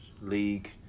league